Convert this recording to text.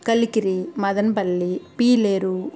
Kaligiri Madanapalle Pileru